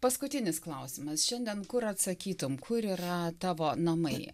paskutinis klausimas šiandien kur atsakytum kur yra tavo namai